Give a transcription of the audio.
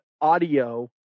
audio